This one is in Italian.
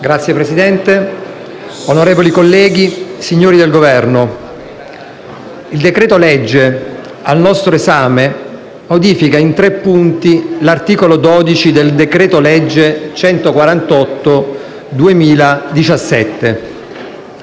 Signor Presidente, onorevoli colleghi, signori del Governo, il decreto-legge al nostro esame modifica in tre punti l'articolo 12 del decreto-legge n. 148 del